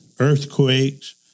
Earthquakes